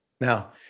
Now